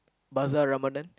Bazaar Ramadan